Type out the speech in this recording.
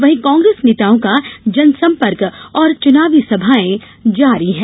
वहीं कांग्रेस नेताओं का जनसंपर्क और चुनावी सभायें जारी है